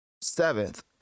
seventh